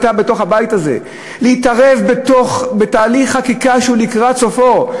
הייתה בתוך הבית הזה: להתערב בתהליך חקיקה שהוא לקראת סופו,